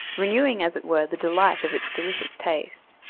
renewing as it were the delight of its delicious taste.